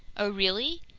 oh really?